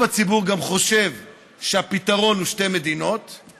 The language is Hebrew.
אני לא חושב שהחוק הזה הוא חוק של גנבים, אבל